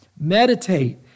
Meditate